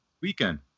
weekend